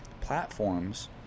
platforms